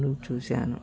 చూశాను